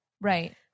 right